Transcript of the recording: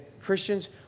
Christians